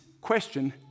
question